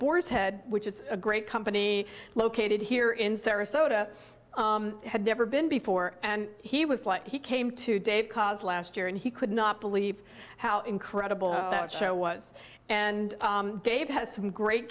boar's head which is a great company located here in sarasota had never been before and he was like he came today because last year and he could not believe how incredible that show was and dave has some great